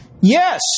Yes